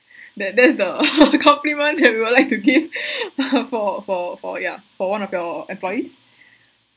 that that's the compliment that we would like to give for for for ya for one of your employees